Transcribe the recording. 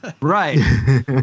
Right